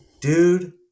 Dude